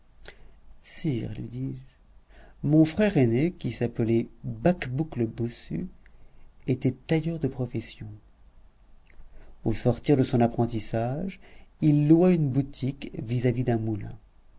sire lui dis-je mon frère aîné qui s'appelait bacbouc le bossu était tailleur de profession au sortir de son apprentissage il loua une boutique vis-à-vis d'un moulin